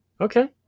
Okay